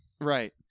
right